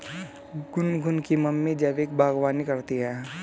गुनगुन की मम्मी जैविक बागवानी करती है